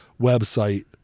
website